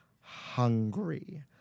hungry